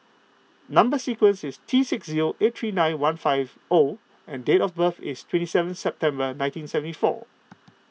Number Sequence is T six zero eight three nine one five O and date of birth is twenty seven September nineteen seventy four